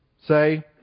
say